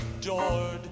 adored